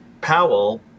Powell